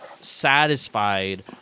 satisfied